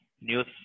news